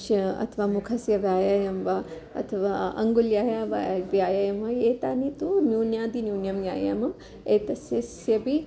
श्या अथवा मुखस्य व्यायामं वा अथवा अङ्गुल्याः व्या व्यायामं वा एतानि तु न्यून्याति न्यून्यं व्यायामम् एतस्यापि